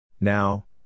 now